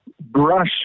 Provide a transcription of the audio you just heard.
brush